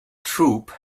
troupe